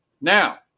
Now